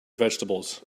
vegetables